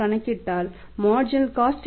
அது 20